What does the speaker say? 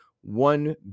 one